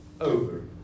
over